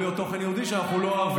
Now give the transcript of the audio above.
גם הוא ערוץ יהודי, וגם